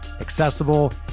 accessible